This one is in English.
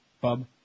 Bub